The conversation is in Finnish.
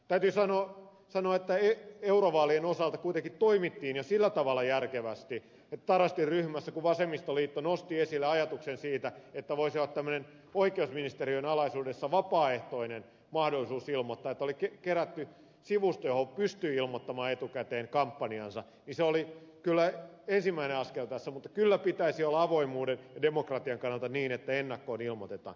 täytyy sanoa että eurovaalien osalta kuitenkin toimittiin jo sillä tavalla järkevästi että kun tarastin ryhmässä vasemmistoliitto nosti esille ajatuksen siitä että voisi olla oikeusministeriön alaisuudessa vapaaehtoinen mahdollisuus ilmoittaa että oli kerätty sivusto johon pystyi ilmoittamaan etukäteen kampanjansa se oli kyllä ensimmäinen askel tässä mutta kyllä pitäisi olla avoimuuden ja demokratian kannalta niin että ennakkoon ilmoitetaan